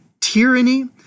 tyranny